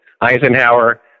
Eisenhower